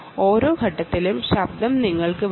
ഓരോ ഘട്ടത്തിലും ശബ്ദം നിങ്ങൾക്ക് വരുന്നു